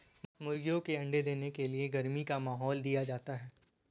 मुर्गियों के अंडे देने के लिए गर्मी का माहौल दिया जाता है